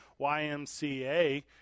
YMCA